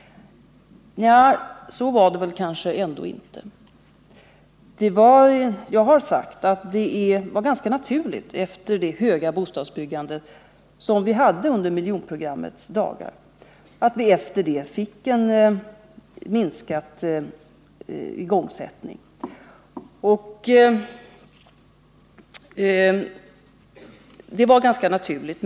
Nja, så var det väl kanske ändå inte. Jag har sagt att det var ganska naturligt med en minskad igångsättning efter miljonprogrammets dagar med dess höga takt i bostadsbyggandet.